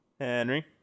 Henry